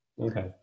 Okay